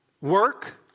work